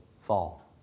fall